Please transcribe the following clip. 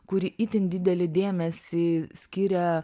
kuri itin didelį dėmesį skiria